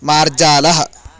मार्जालः